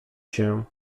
się